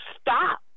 stop